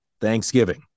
thanksgiving